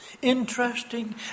Interesting